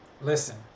Listen